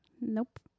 Nope